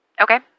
Okay